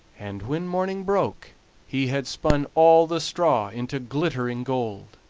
and when morning broke he had spun all the straw into glittering gold.